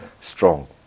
strong